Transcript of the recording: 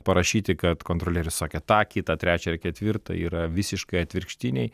parašyti kad kontrolierius sakė tą kitą trečią ir ketvirtą yra visiškai atvirkštiniai